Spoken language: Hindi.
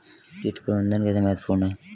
कीट प्रबंधन कैसे महत्वपूर्ण है?